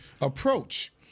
approach